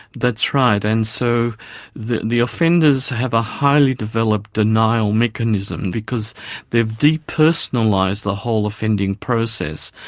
that's right, and so the the offenders have a highly developed denial mechanism because they've depersonalised the whole offending process.